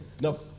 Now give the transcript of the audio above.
No